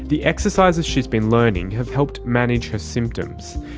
the exercises she's been learning have helped manage her symptoms.